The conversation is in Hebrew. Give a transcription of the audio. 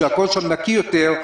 שהל נקי יותר,